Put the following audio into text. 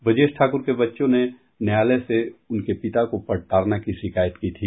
ब्रजेश ठाकुर के बच्चों ने न्यायालय से उनके पिता को प्रताड़ना की शिकायत की थी